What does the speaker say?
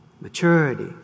maturity